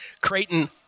Creighton